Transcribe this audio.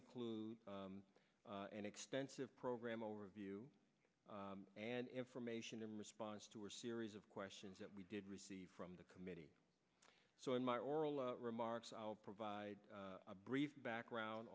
include an extensive program overview and information in response to a series of questions that we did receive from the committee so in my oral remarks i'll provide a brief background